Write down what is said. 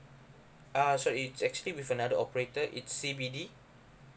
uh so it's actually with another operator it's C B D